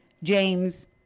James